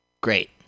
great